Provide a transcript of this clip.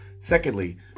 Secondly